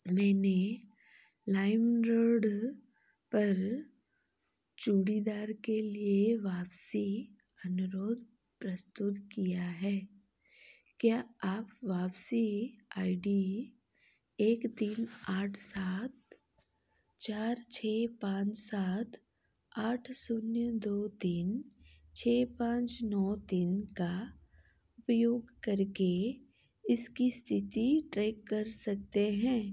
मैंने लाइम रड पर चूड़ीदार के लिए वापसी अनुरोध प्रस्तुत किया हैं क्या आप वापसी आई डी एक तीन आठ सात चार छः पाँच सात आठ शून्य दो तीन छः पाँच नौ तीन का उपयोग करके इसकी स्थिति ट्रैक कर सकते हैं